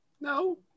No